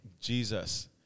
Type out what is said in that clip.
Jesus